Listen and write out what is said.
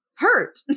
hurt